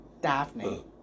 Daphne